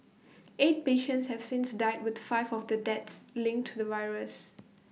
eight patients have since died with five of the deaths linked to the virus